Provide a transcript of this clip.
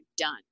done